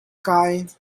kai